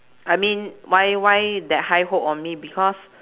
I mean why why that high hope on me because